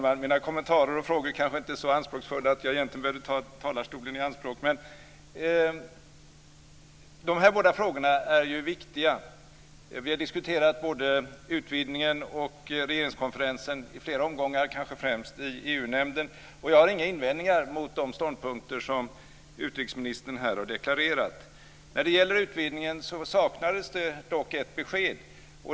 Fru talman! De frågor som utrikesministern har tagit upp, regeringskonferensen och utvidgningen, är båda viktiga. Vi har diskuterat både utvidgningen och regeringskonferensen i flera omgångar, kanske främst i EU-nämnden. Jag har inga invändningar mot de ståndpunkter som utrikesministern här har deklarerat. När det gäller utvidgningen saknades det dock ett besked.